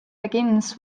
begins